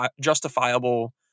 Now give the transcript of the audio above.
Justifiable